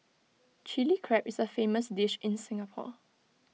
Chilli Crab is A famous dish in Singapore